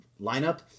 lineup